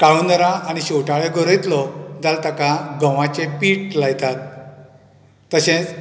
काळूंदरां आनी शेवटाळे गोरोयतलो जाल्यार ताका गोंवाचें पीट लायतात तशेंच